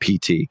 PT